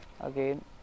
again